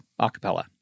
acapella